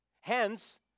Hence